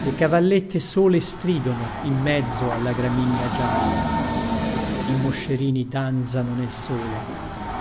le cavallette sole stridono in mezzo alla gramigna gialla i moscerini danzano nel sole